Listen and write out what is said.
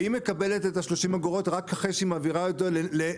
והיא מקבלת את ה-30 אגורות רק אחרי שהיא מעבירה אותו לאיסוף,